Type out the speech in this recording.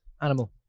animal